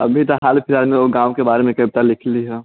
अभी तऽ हाल फिलहालमे एगो गाँवके बारेमे कविता लिखली हऽ